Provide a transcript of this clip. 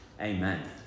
Amen